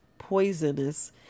poisonous